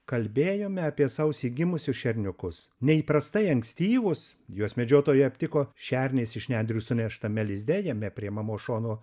kalbėjome apie sausį gimusius šerniukus neįprastai ankstyvus juos medžiotojai aptiko šernės iš nendrių suneštame lizde jame prie mamos šono